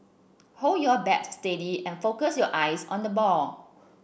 hold your bat steady and focus your eyes on the ball